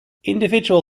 individual